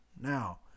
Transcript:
Now